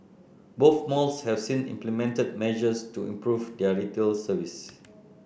both malls have since implemented measures to improve their retail service